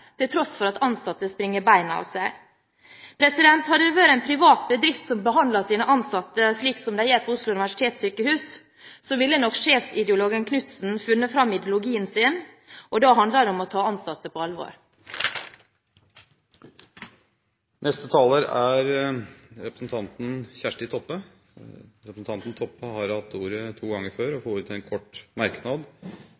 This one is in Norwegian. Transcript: til tross for at ansatte springer beina av seg. Hadde det vært en privat bedrift som behandlet sine ansatte slik som de gjør på Oslo universitetssykehus, ville nok sjefsideologen Knutsen ha funnet fram ideologien sin, og da handler det om å ta ansatte på alvor. Representanten Kjersti Toppe har hatt ordet to ganger før